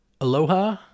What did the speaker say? Aloha